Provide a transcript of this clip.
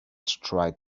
tried